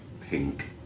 pink